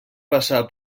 passar